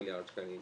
למי שכבר הגיע.